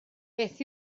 beth